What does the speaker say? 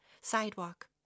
sidewalk